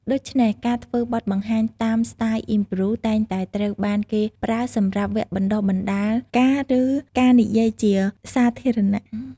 ដូច្នេះ ការធ្វើបទបង្ហាញតាមស្ទាយ improv តែងតែត្រូវបានគេប្រើសម្រាប់វគ្គបណ្តុះបណ្ដាលការ ឬ ការនិយាយជាសាធារណៈ។